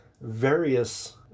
various